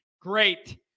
great